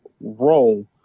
role